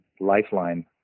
lifeline